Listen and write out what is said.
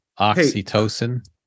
oxytocin